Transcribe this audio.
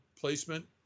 placement